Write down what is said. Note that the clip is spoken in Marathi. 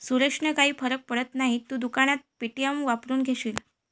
सुरेशने काही फरक पडत नाही, तू दुकानात पे.टी.एम वापरून घेशील